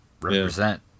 represent